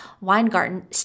Weingarten